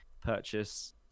purchase